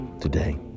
today